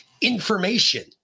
information